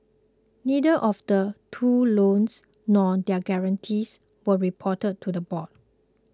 neither of the two loans nor their guarantees were reported to the board